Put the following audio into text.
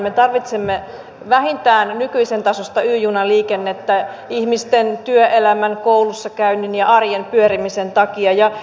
me tarvitsemme vähintään nykyisen tasoista y junaliikennettä ihmisten työelämän koulussakäynnin ja arjen pyörimisen takia ja ilmastosyistäkin